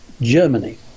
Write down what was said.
Germany